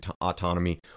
autonomy